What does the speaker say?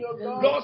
Lord